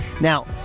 Now